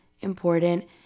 important